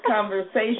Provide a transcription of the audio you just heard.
conversation